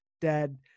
Dad